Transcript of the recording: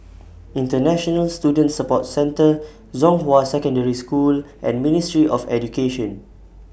International Student Support Centre Zhonghua Secondary School and Ministry of Education